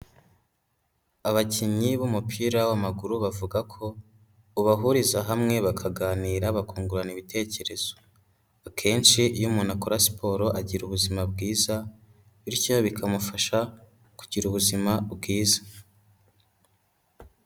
Abakinnyi b'umupira w'amaguru bavuga ko ubahuriza hamwe bakaganira bakungurana ibitekerezo. Akenshi iyo umuntu akora siporo agira ubuzima bwiza bityo bikamufasha kugira ubuzima bwiza.